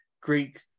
Greek